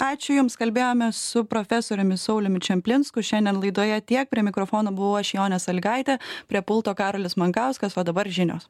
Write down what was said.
ačiū jums kalbėjome su profesoriumi sauliumi čaplinsku šiandien laidoje tiek prie mikrofono buvau aš jonė salygaitė prie pulto karolis mankauskas o dabar žinios